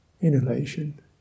inhalation